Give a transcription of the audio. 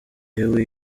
yewe